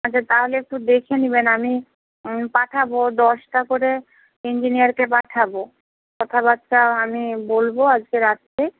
আচ্ছা তাহলে একটু দেখে নেবেন আমি পাঠাব দশটা করে ইঞ্জিনিয়ারকে পাঠাব কথাবার্তা আমি বলব আজকে রাত্রেই